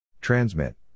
Transmit